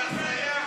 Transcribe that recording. זה הזיה.